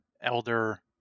elder